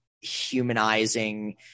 humanizing